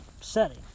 setting